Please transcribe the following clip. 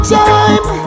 time